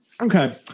Okay